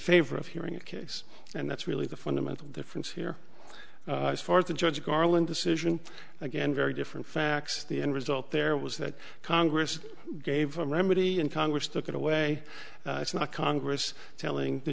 favor of hearing a case and that's really the fundamental difference here as far as the judge garland decision again very different facts the end result there was that congress gave a remedy and congress took it away it's not congress telling the